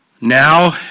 Now